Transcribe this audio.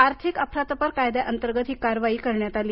आर्थिक अफरातफर कायद्याच्या अंतर्गत ही कारवाई करण्यात आली